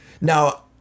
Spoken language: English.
Now